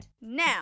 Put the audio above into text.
Now